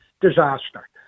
disaster